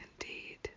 Indeed